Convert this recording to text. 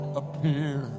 appear